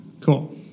Cool